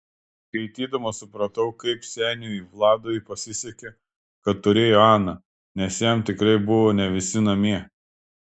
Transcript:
skaitydama supratau kaip seniui vladui pasisekė kad turėjo aną nes jam tikrai buvo ne visi namie